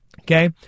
okay